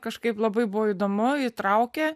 kažkaip labai buvo įdomu įtraukė